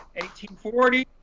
1840